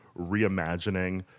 reimagining